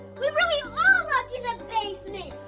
we really are locked in the basement!